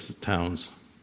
towns